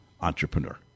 entrepreneur